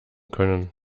können